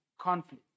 conflict